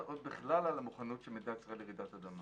או בכלל על המוכנות של מדינת ישראל לרעידת אדמה.